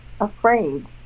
afraid